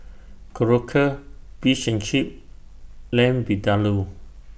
Korokke Fish and Chips Lamb Vindaloo